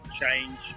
change